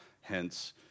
Hence